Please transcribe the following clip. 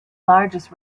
largest